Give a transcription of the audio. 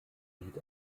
lied